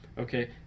Okay